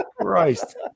Christ